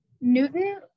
Newton